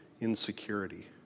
insecurity